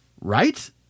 right